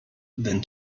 than